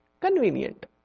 Convenient